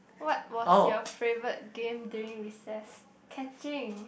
what was your favorite game during recess catching